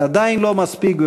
אבל עדיין לא מספיק,